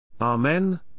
Amen